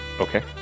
okay